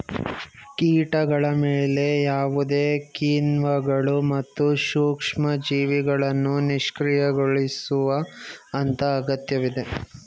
ಕೀಟಗಳ ಮೇಲೆ ಯಾವುದೇ ಕಿಣ್ವಗಳು ಮತ್ತು ಸೂಕ್ಷ್ಮಜೀವಿಗಳನ್ನು ನಿಷ್ಕ್ರಿಯಗೊಳಿಸುವ ಹಂತ ಅಗತ್ಯವಿದೆ